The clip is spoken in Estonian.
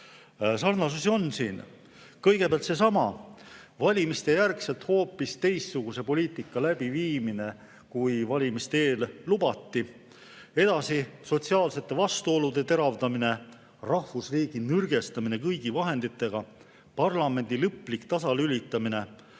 Sarnasus on siin kõigepealt seesama valimiste järel hoopis teistsuguse poliitika läbiviimine, kui valimiste eel oli lubatud. Edasi, sotsiaalsete vastuolude teravdamine, rahvusriigi nõrgestamine kõigi vahenditega, parlamendi lõplik tasalülitamine,